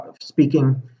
speaking